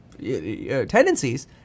tendencies